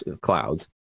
clouds